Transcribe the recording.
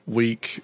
week